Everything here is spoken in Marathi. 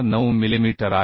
49 मिलिमीटर आहे